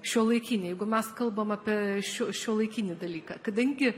šiuolaikinėj jeigu mes kalbam apie šiuo šiuolaikinį dalyką kadangi